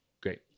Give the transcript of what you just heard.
great